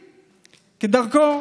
כדרכו,